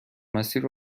مسیر